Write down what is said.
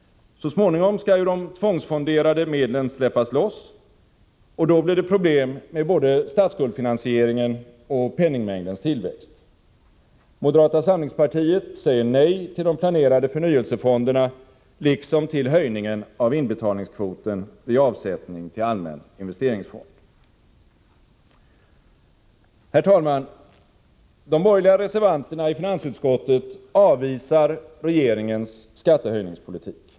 Så småningom skall ju de tvångsfonderade medlen släppas loss, och då blir det problem med både statsskuldfinansieringen och penningmängdens tillväxt. Moderata samlingspartiet säger nej till de planerade förnyelsefonderna liksom till höjningen av inbetalningskvoten vid avsättning till allmän investeringsfond. Herr talman! De borgerliga reservanterna i finansutskottet avvisar regeringens skattehöjningspolitik.